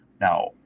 Now